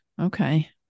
okay